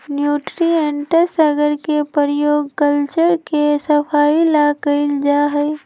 nutrients अगर के प्रयोग कल्चर के सफाई ला कइल जाहई